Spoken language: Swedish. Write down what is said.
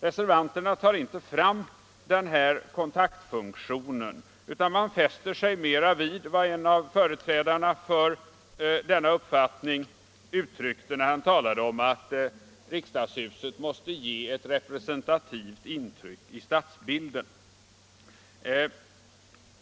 Reservanterna tar inte fram den här kon taktfunktionen utan fäster sig mera vid det som en av företrädarna för denna uppfattning uttryckte när han talade om att riksdagshuset måste ge ett representativt intryck i stadsbilden.